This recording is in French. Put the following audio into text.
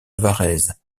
varèse